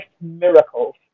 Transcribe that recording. miracles